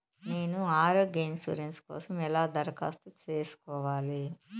నేను ఆరోగ్య ఇన్సూరెన్సు కోసం ఎలా దరఖాస్తు సేసుకోవాలి